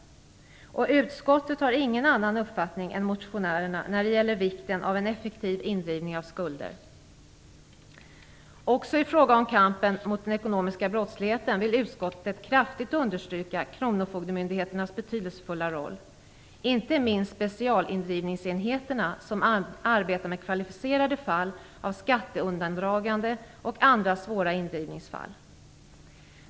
Utskottet har ingen annan uppfattning än motionärerna när det gäller vikten av en effektiv indrivning av skulder. Också i fråga om kampen mot den ekonomiska brottsligheten vill utskottet kraftigt understryka kronofogdemyndigheternas betydelsefulla roll. Det gäller inte minst specialindrivningsenheterna, som arbetar med kvalificerade fall av skatteundandragande och andra svåra indrivningsfall.